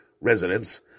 residents